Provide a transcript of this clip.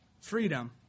freedom